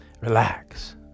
relax